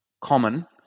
common